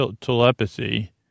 telepathy